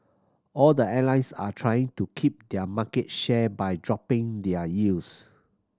all the airlines are trying to keep their market share by dropping their yields